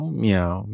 meow